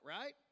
right